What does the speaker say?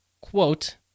quote